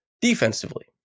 defensively